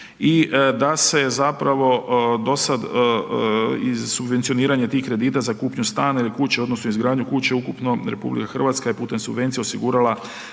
i da se zapravo dosad iz subvencioniranja tih kredita za kupnju stanja ili kuće, odnosno izgradnju kuće ukupno RH je putem subvencija osigurala